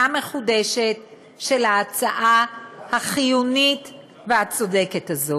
מחודשת של ההצעה החיונית והצודקת הזאת.